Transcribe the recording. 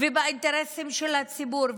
ובאינטרסים של הציבור,